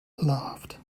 laughed